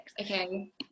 okay